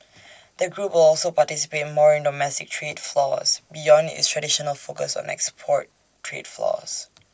the group will also participate more in domestic trade flows beyond its traditional focus on export trade flows